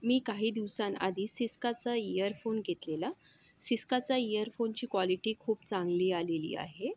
मी काही दिवसांआधी सिस्काचा इयरफोन घेतलेला सिस्काचा इयरफोनची क्वालिटी खूप चांगली आलेली आहे